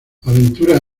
aventuras